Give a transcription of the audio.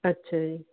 ਅੱਛਾ ਜੀ